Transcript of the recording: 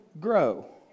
grow